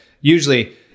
usually